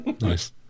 Nice